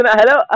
hello